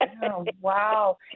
wow